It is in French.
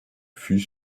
fut